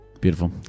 Beautiful